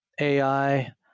AI